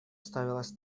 ставилась